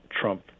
Trump